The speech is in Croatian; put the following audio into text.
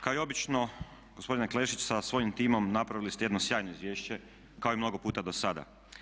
Kao i obično gospodine Klešić sa svojim timom napravili ste jedno sjajno izvješće kao i mnogo puta do sada.